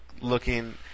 looking